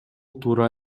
туура